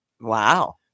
Wow